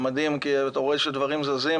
זה מדהים כי אתה רואה שדברים זזים,